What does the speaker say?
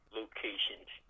locations